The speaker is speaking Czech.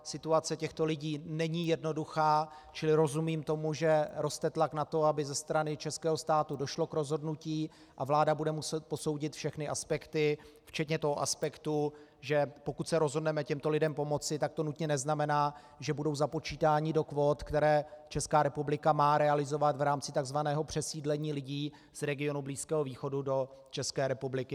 Situace těchto lidí není jednoduchá, čili rozumím tomu, že roste tlak na to, aby ze strany českého státu došlo k rozhodnutí, a vláda bude muset posoudit všechny aspekty, včetně toho aspektu, že pokud se rozhodneme těmto lidem pomoci, tak to nutně neznamená, že budou započítáni do kvót, které Česká republika má realizovat v rámci takzvaného přesídlení lidí z regionu Blízkého východu do České republiky.